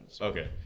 Okay